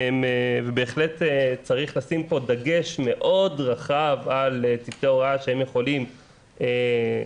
ובהחלט צריך לשים פה דגש מאוד רחב על צוותי ההוראה שהם יכולים לזהות